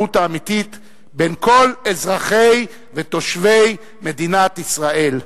ולחברות האמיתית בין כל אזרחי ותושבי מדינת ישראל.